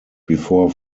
before